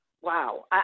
Wow